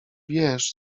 wiesz